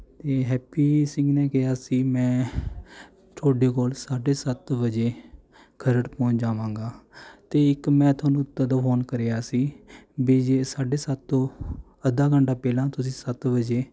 ਅਤੇ ਹੈਪੀ ਸਿੰਘ ਨੇ ਕਿਹਾ ਸੀ ਮੈਂ ਤੁਹਾਡੇ ਕੋਲ ਸਾਢੇ ਸੱਤ ਵਜੇ ਖਰੜ ਪਹੁੰਚ ਜਾਵਾਂਗਾ ਅਤੇ ਇੱਕ ਮੈਂ ਤੁਹਾਨੂੰ ਤਦੋਂ ਫ਼ੋਨ ਕਰਿਆ ਸੀ ਵੀ ਜੇ ਸਾਢੇ ਸੱਤ ਤੋਂ ਅੱਧਾ ਘੰਟਾ ਪਹਿਲਾਂ ਤੁਸੀਂ ਸੱਤ ਵਜੇ